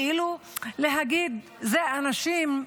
כאילו להגיד: אלה אנשים,